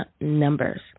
numbers